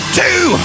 two